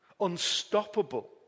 unstoppable